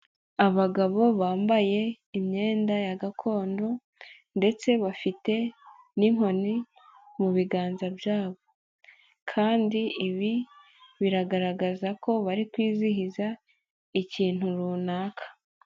Abagabo bambaye imyenda ya gakondo ndetse bafite n'inkoni mu biganza byabo, kandi ibi biragaragaza ko bari kwizihiza ikintu runaka.